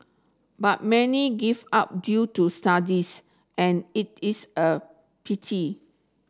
but many give up due to studies and it is a pity